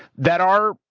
that are,